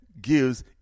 gives